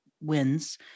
wins